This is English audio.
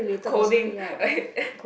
colding